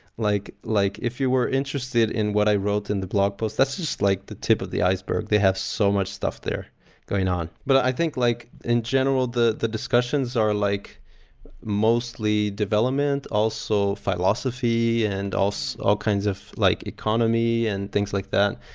like like if you were interested in what i wrote in the blog post, that's just like the tip of the iceberg. they have so much stuff there going on. but i think, like in general, the the discussions are like mostly development, also philosophy and all kinds of like economy and things like that.